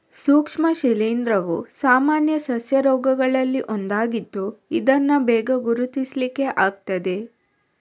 ಸೂಕ್ಷ್ಮ ಶಿಲೀಂಧ್ರವು ಸಾಮಾನ್ಯ ಸಸ್ಯ ರೋಗಗಳಲ್ಲಿ ಒಂದಾಗಿದ್ದು ಇದನ್ನ ಬೇಗ ಗುರುತಿಸ್ಲಿಕ್ಕೆ ಆಗ್ತದೆ